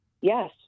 Yes